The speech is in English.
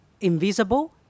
invisible